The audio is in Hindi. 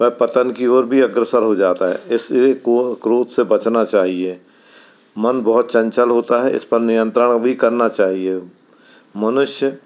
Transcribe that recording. वह पतन की ओर भी अग्रसर हो जाता है इसलिए को क्रोध से बचाना चाहिए मन बहुत चंचल होता है इस पर नियंत्रण भी करना चाहिए मनुष्य